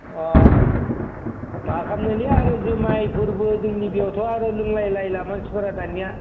अ मा खालामनोलै आरो जुमाइफोरबो जोंनि बेयावथ' आरो लोंलायला मानसिफोरा दानिया